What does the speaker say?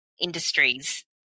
industries